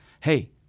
hey